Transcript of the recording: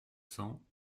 cents